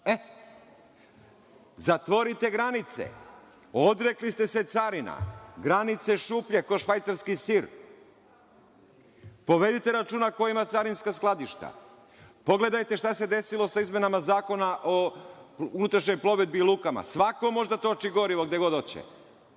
E, zatvorite granice. Odrekli ste se carina, granice šuplje ko švajcarski sir. Povedite računa ko ima carinska skladišta. Pogledajte šta se desilo sa izmenama Zakona o unutrašnjoj plovidbi i lukama. Svako može da toči gorivo gde god hoće.